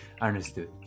Understood